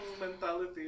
mentality